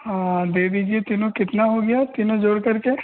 हाँ दे दीजिए तीनों कितना हो गया तीनों जोड़ करके